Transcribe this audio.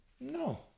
No